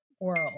world